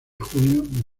junio